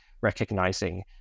recognizing